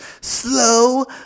Slow